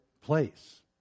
place